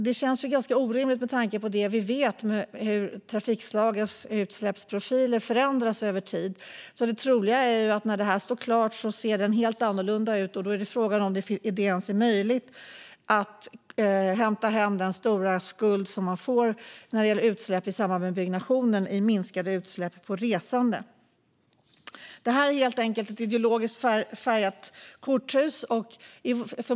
Det känns dock orimligt med tanke på det vi vet om hur trafikslagens utsläppsprofiler förändras över tid. Det troliga är att när det här står klart ser det helt annorlunda ut, och då är frågan om det ens är möjligt att hämta hem den stora skuld man får i samband med byggnationen genom minskade utsläpp i resandet. Det hela är ett ideologiskt färgat korthus.